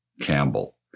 Campbell